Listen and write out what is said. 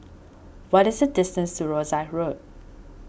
what is the distance to Rosyth Road